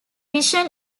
vision